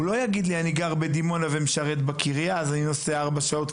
הוא לא יגיד שהוא גם בדימונה ומשרד בקריה אז הוא נוסע ארבע שעות,